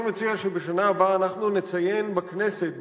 אני מציע שבשנה הבאה נציין בכנסת,